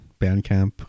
bandcamp